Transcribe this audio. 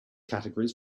categories